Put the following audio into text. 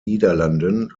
niederlanden